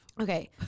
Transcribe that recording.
Okay